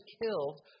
killed